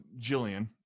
Jillian